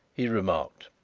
he remarked,